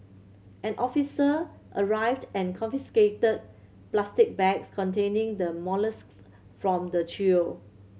an officer arrived and confiscated plastic bags containing the molluscs from the trio